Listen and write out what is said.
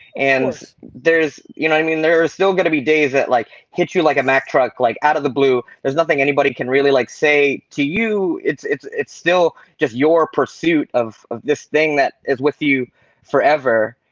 and there's, you know what i mean? there are still gonna be days that like hit you like a mac truck like out of the blue. there's nothing anybody can really like say to you. it's it's still just your pursuit of of this thing that is with you forever.